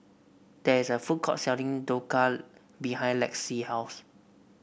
there is a food court selling Dhokla behind Lexi's house